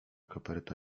koperta